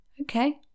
Okay